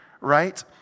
right